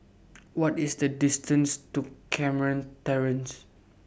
What IS The distance to Carmen Terrace